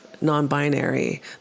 non-binary